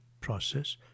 process